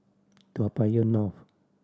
Toa Payoh North